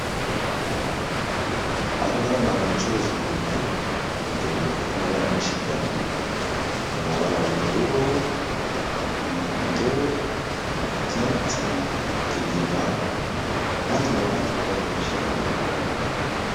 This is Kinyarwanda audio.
Ahangaha ni ahantu bacururiza ibitenge, ibitenge bifite amabara menshi cyane hari amabara y' ubururu, umuhomdo, icyatsi ikigina n' ayandi mabara menshi cyane.